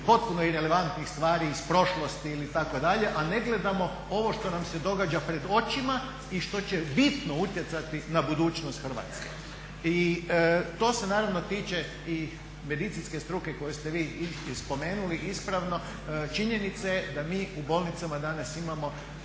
potpuno irelevantnih stvari iz prošlosti itd., a ne gledamo ovo što nam se događa pred očima i što će bitno utjecati na budućnost Hrvatske. To se naravno tiče i medicinske struke koju ste vi spomenuli ispravno. Činjenica je da mi u bolnicama danas imamo